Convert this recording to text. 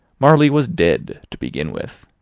marley was dead to begin with.